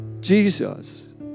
Jesus